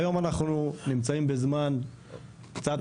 והיום אנחנו נמצאים בזמן קצת מאוחר כבר חמש שנים.